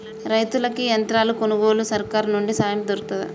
రైతులకి యంత్రాలు కొనుగోలుకు సర్కారు నుండి సాయం దొరుకుతదా?